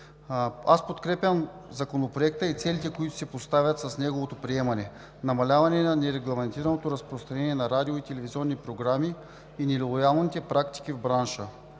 Подкрепям Законопроекта и целите, които се поставят с неговото приемане – намаляване на нерегламентираното разпространение на радио- и телевизионни програми и нелоялните практики в бранша.